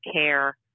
care